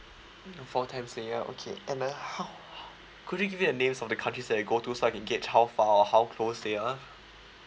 four times a year okay and then how could you give me the names of the countries that you go to so I can gauge how far or how close they are